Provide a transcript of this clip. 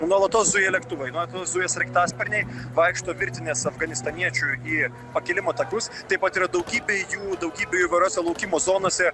nuolatos zuja lėktuvai nuolatos zuja sraigtasparniai vaikšto virtinės afganistaniečių į pakilimo takus taip pat yra daugybė jų daugybė įvairiose laukimo zonose